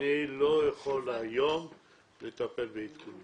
אני לא יכול היום לטפל בעדכונים.